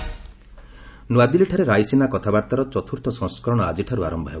Raisina dialogue ନୂଆଦିଲ୍ଲୀଠାରେ ରାଇସିନା କଥାବାର୍ତ୍ତାର ଚତୁର୍ଥ ସଂସ୍କରଣ ଆଜିଠାରୁ ଆରମ୍ଭ ହେବ